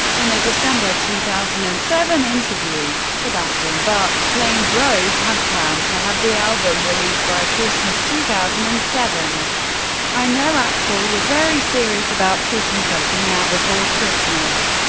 in a december two thousand and seven interview, sebastian bach claimed rose had planned to have the album released by christmas two thousand and seven i know axl was very serious about putting something out before christmas.